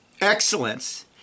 excellence